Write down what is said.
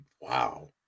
Wow